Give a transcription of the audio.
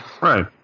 right